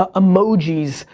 ah emojis,